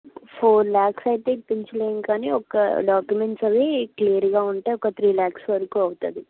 four lakhs అయితే ఇప్పించలేం కానీ ఒక డాక్యుమెంట్స్ అవి క్లియర్గా ఉంటే ఒక త్రీ ల్యాక్స్ వరకు అవుతుంది